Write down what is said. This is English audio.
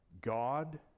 God